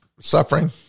suffering